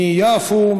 מיפו,